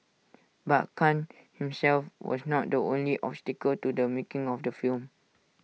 but Khan himself was not the only obstacle to the making of the film